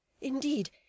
Indeed